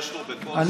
יש לי רשות דיבור.